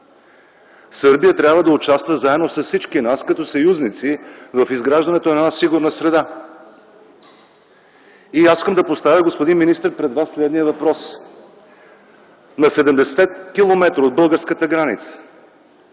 Сърбия трябва да участва заедно с всички нас като съюзници в изграждането на една сигурна среда. Аз искам да поставя пред вас, господин министър, следния въпрос. На 70 км от българската граница,